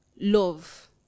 love